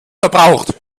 verbraucht